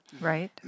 right